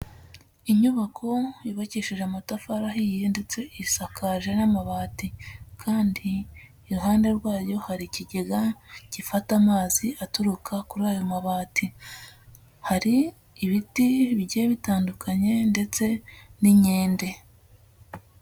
Inyubako yubakishije amatafari ahiye ndetse isakaje n'amabati, kandi iruhande rwayo hari ikigega gifata amazi aturuka kuri ayo mabati, hari ibiti bigiye bitandukanye ndetse n'inkende.